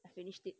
I finished it